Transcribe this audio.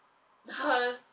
LOL